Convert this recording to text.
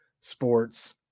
Sports